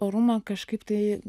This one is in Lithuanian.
orumą kažkaip tai